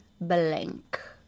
blank